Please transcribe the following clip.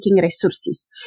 resources